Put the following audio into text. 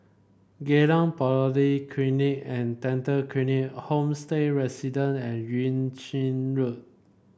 Geylang Polyclinic and Dental Clinic Homestay Residence and Yuan Ching Road